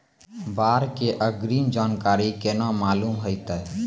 बाढ़ के अग्रिम जानकारी केना मालूम होइतै?